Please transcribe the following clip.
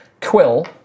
Quill